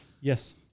Yes